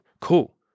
Cool